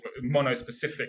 monospecific